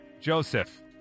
Joseph